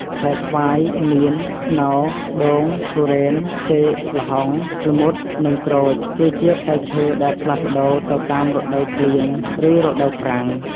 ផ្លែស្វាយ មៀន ខ្នុរ ដូង ធូរ៉េន ចេក ល្ហុង ល្មុត និងក្រូច គឺជាផ្លែឈើដែលផ្លាស់ប្តូរទៅតាមរដូវភ្លៀង ឬរដូវប្រាំង។